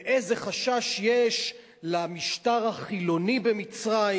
ואיזה חשש יש למשטר החילוני במצרים,